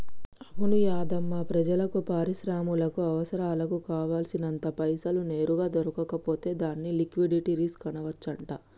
అవును యాధమ్మా ప్రజలకు పరిశ్రమలకు అవసరాలకు కావాల్సినంత పైసలు నేరుగా దొరకకపోతే దాన్ని లిక్విటీ రిస్క్ అనవచ్చంట